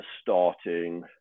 starting